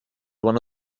one